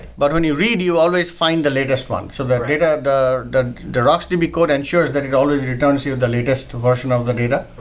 but when you read, you always find the latest one. so but ah the the the rocksdb code ensures that it always returns you the latest version of the data.